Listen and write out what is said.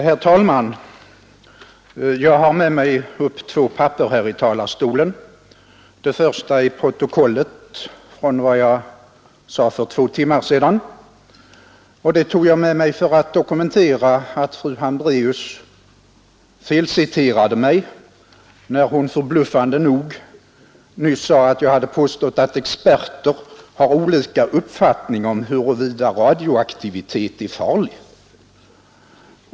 Herr talman! Jag har två papper med mig upp här i talarstolen. Det första är protokollet över vad jag sade för två timmar sedan, och det tog jag med mig för att dokumentera att fru Hambraeus felciterade mig när hon — förbluffande nog — nyss sade, att jag hade påstått att experter har olika uppfattningar om huruvida radioaktivitet är farlig.